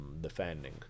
defending